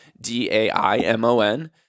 D-A-I-M-O-N